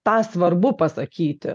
tą svarbu pasakyti